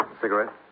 Cigarette